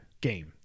game